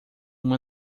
uma